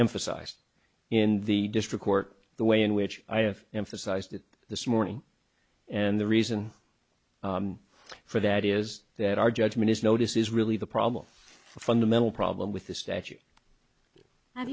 emphasized in the district court the way in which i have emphasized it this morning and the reason for that is that our judgment is notice is really the problem the fundamental problem with the statute